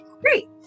Great